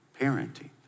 parenting